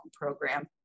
program